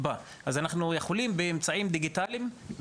יום רביעי,